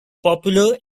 popular